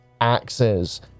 axes